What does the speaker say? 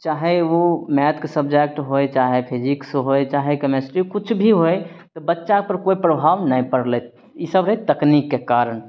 चाहे उ मैथके सब्जेक्ट होइ चाहे फिजिक्स होइ चाहे कमेस्ट्री किछु भी होइ बच्चापर कोइ प्रभाव नहि पड़लय ई सभ हइ तकनीकके कारण